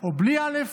או בלי אל"ף?